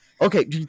okay